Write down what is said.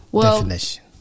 definition